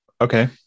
okay